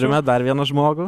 turime dar vieną žmogų